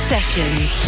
Sessions